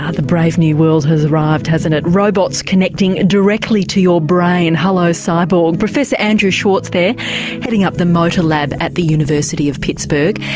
ah the brave new world has arrived hasn't it robots connecting directly to your brain, hello cyborg. professor andrew schwartz there heading up the motor lab at the university of pittsburgh.